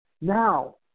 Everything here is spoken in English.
Now